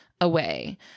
away